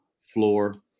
floor